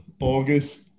August